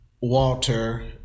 Walter